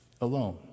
alone